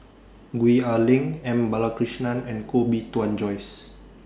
Gwee Ah Leng M Balakrishnan and Koh Bee Tuan Joyce